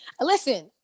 Listen